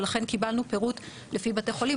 ולכן קיבלנו פירוט לפי בתי החולים,